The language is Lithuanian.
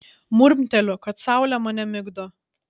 murmteliu kad saulė mane migdo